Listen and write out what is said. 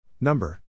number